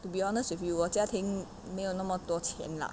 to be honest with you 我家庭没有那么多钱 lah